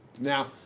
Now